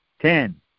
Ten